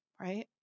right